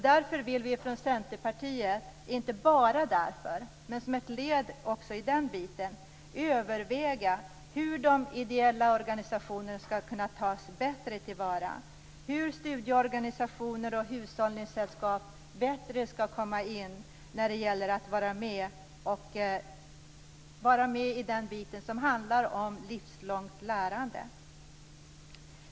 Därför vill vi från Centerpartiet, och inte bara därför utan som ett led i det hela, överväga hur de ideella organisationerna skall kunna bättre tas till vara, hur studieorganisationer och hushållningssällskap skall kunna vara med i den del som handlar om livslångt lärande.